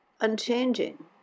unchanging